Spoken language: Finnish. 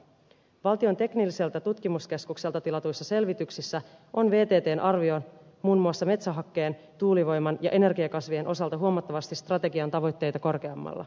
valtion teknilliseltä tutkimuskeskukselta tilatuissa selvityksissä on vttn arvio muun muassa metsähakkeen tuulivoiman ja energiakasvien osalta huomattavasti strategian tavoitteita korkeammalla